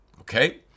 okay